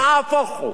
נהפוך הוא.